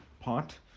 pot